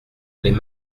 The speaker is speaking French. les